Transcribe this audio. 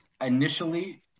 initially